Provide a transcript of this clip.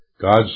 God's